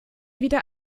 wieder